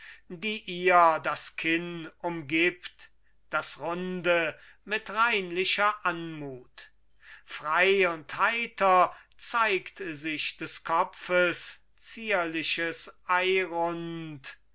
die ihr das kinn umgibt das runde mit reinlicher anmut frei und heiter zeigt sich des kopfes zierliches